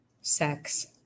sex